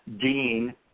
dean